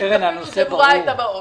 קרן, הנושא ברור, התשובות חשובות.